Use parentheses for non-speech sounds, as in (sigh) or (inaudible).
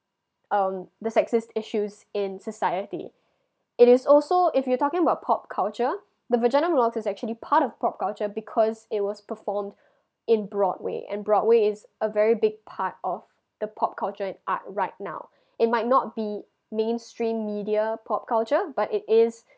um the sexist issues in society it is also if you're talking about pop culture the vagina monologues is actually part of pop culture because it was performed in broadway and broadway is a very big part of the pop culture in art right now (breath) it might not be mainstream media pop culture but it is